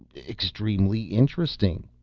extremely interesting,